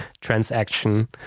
transaction